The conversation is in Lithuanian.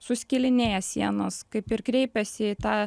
suskilinėja sienos kaip ir kreipiasi į tą